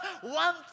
one